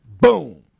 Boom